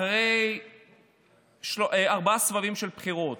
אחרי ארבעה סבבים של בחירות,